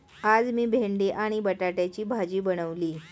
आज मी भेंडी आणि बटाट्याची भाजी बनवली